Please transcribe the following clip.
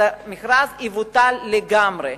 המכרז יבוטל לגמרי.